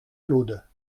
claude